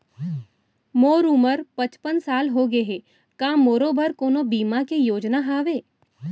मोर उमर पचपन साल होगे हे, का मोरो बर कोनो बीमा के योजना हावे?